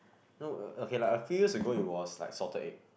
no okay lah a few years ago it was like salted egg